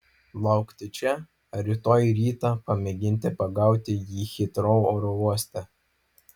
laukti čia ar rytoj rytą pamėginti pagauti jį hitrou oro uoste